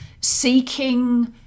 seeking